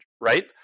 right